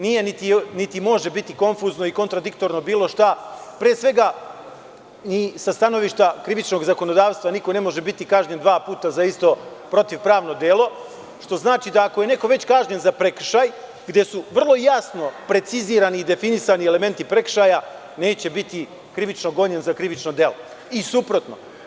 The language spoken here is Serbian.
Nije niti može biti konfuzno i kontradiktorno bilo šta, pre svega i sa stanovišta krivičnog zakonodavstva niko ne može biti kažnjen dva puta za isto protiv-pravno delo, što znači, da ako je neko vek kažnjen za prekršaj, gde su vrlo jasno precizirani i definisani elementi prekršaja, neće biti krivično gonjen za krivično delo i suprotno.